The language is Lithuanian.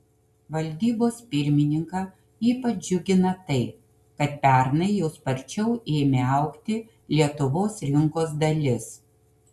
valdybos pirmininką ypač džiugina tai kad pernai jau sparčiau ėmė augti lietuvos rinkos dalis